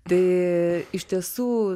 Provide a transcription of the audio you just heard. tai iš tiesų